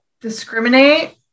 discriminate